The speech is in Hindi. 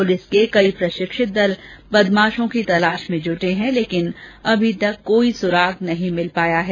पुलिस के कई प्रषिक्षित दल बदमाषों की तलाष में जुटे हैं लेकिन अभी तक कोई सुराग नहीं मिल पाया है